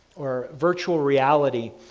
or virtual reality,